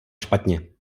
špatně